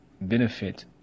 benefit